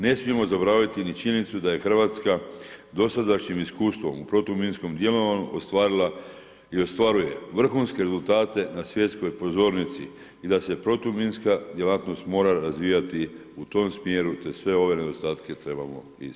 Ne smijemo zaboraviti ni činjenicu da je Hrvatska dosadašnjim iskustvom u protuminskom djelovanju ostvarila i ostvaruje vrhunske rezultate na svjetskoj pozornici i da se protuminska djelatnost mora razvijati u tom smjeru te sve ove nedostatke trebamo ispraviti.